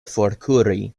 forkuri